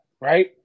right